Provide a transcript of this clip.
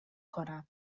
کنم